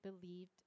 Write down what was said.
believed